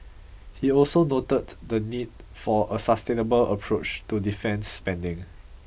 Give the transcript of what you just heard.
he also noted the need for a sustainable approach to defence spending